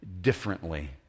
differently